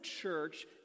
church